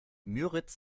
müritz